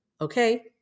okay